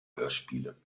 hörspiele